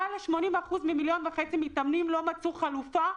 מעל 80% מתוך מיליון וחצי מתאמנים לא מצאו חלופה,